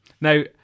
Now